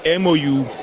MOU